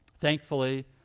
Thankfully